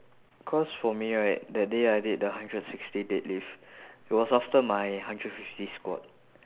cause for me right that day I did the hundred sixty deadlift it was after my hundred fifty squat